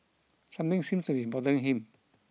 something seems to be bothering him